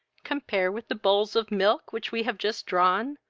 compare with the bowls of milk which we have just drawn,